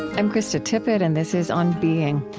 i'm krista tippett, and this is on being.